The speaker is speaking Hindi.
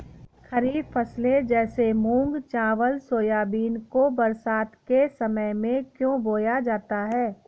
खरीफ फसले जैसे मूंग चावल सोयाबीन को बरसात के समय में क्यो बोया जाता है?